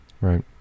Right